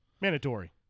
Mandatory